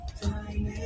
time